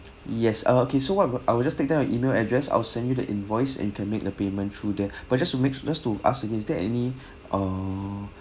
yes ah okay so what I will just take down your email address I'll send you the invoice and you can make the payment through there but just to make just to ask is there any uh